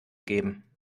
geben